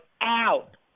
out